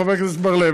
חבר הכנסת בר-לב,